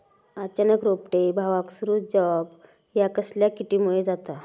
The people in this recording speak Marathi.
अचानक रोपटे बावाक सुरू जवाप हया कसल्या किडीमुळे जाता?